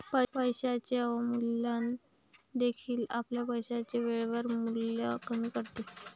पैशाचे अवमूल्यन देखील आपल्या पैशाचे वेळेचे मूल्य कमी करते